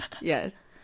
yes